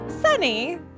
Sunny